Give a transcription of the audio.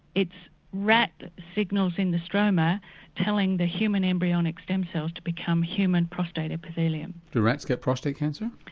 it's rat signals in the stroma telling the human embryonic stem cells to become human prostate epithelium. do rats get prostate cancer?